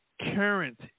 current